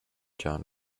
john